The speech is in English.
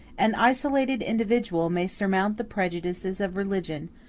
an isolated individual may surmount the prejudices of religion,